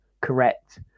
correct